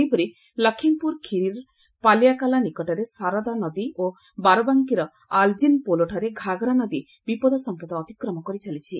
ସେହିପରି ଲଖିମ୍ପୁର ଖିରିର ପାଲିଆକାଲା ନିକଟରେ ଶାରଦା ନଦୀ ଓ ବାରବାଙ୍କୀର ଆଲ୍ଜିନ୍ ପୋଲଠାରେ ଘାଘରା ନଦୀ ବିପଦ ସଙ୍କେତ ଅତିକ୍ରମ କରିଚାଲିଛି